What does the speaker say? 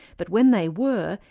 but when they were,